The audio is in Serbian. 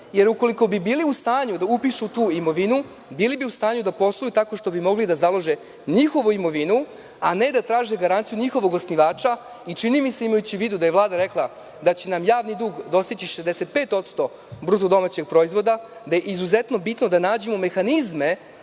Jer, ukoliko bi bili u stanju da upišu tu imovinu, bili bi u stanju da posluju tako što bi mogli da založe njihovu imovinu, a ne da traže garanciju njihovog osnivača. Čini mi se, imajući u vidu da je Vlada rekla da će nam javni dug dostići 65% BDP, da je izuzetno bitno da nađemo mehanizme